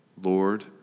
Lord